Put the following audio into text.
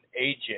AJ